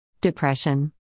depression